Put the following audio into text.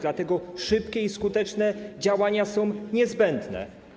Dlatego szybkie i skuteczne działania są niezbędne.